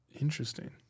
Interesting